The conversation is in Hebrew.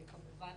וכמובן,